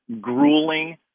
grueling